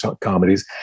comedies